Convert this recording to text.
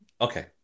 Okay